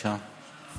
בבקשה.